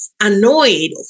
annoyed